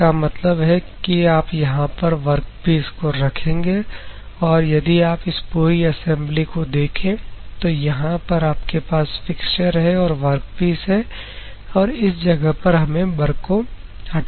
इसका मतलब है कि आप यहां पर वर्कपीस को रखेंगे और यदि आप इस पूरी असेंबली को देखें तो यहां पर आपके पास फिक्सचर है और वर्कपीस है और इस जगह पर हमें बर को हटाना है